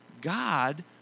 God